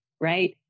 right